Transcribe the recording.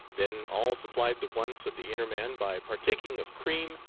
then all supplied the wants of the inner man by partaking of cream,